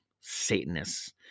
Satanists